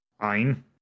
fine